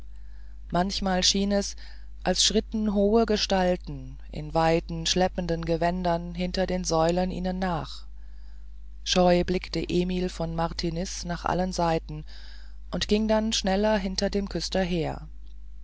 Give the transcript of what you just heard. manchmal schien es als schritten hohe gestalten in weiten schleppenden gewändern hinter den säulen ihnen nach scheu blickte emil von martiniz nach allen seiten und ging dann schneller hinter dem küster her